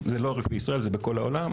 זה לא רק בישראל זה בכל העולם,